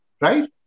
Right